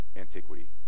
antiquity